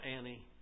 Annie